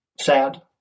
sad